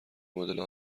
مدل